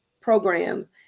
programs